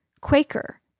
Quaker